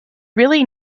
really